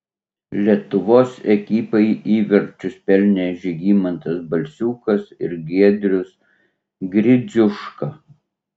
lietuvos ekipai įvarčius pelnė žygimantas balsiukas ir giedrius gridziuška